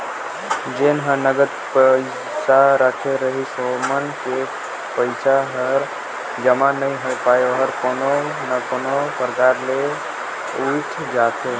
जेन ह नगद पइसा राखे रहिथे ओमन के पइसा हर जमा नइ होए पाये ओहर कोनो ना कोनो परकार ले उइठ जाथे